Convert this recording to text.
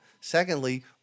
Secondly